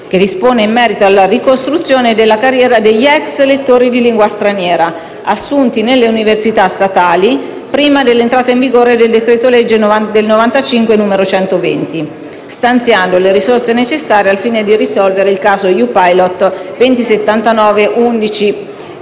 11 dispone in merito alla ricostruzione di carriera degli ex lettori di lingua straniera, assunti nelle università statali prima dell'entrata in vigore del decreto-legge del 1995, n. 120, stanziando le risorse necessarie, al fine di risolvere il caso EU-Pilot 2079/11,